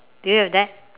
do you have that